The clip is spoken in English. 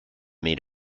made